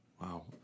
Wow